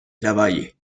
lavalle